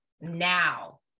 now